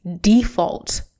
default